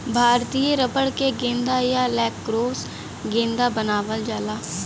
भारतीय रबर क गेंदा या लैक्रोस गेंदा बनावल जाला